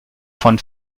von